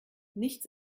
nichts